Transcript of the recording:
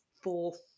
fourth